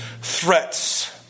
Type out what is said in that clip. threats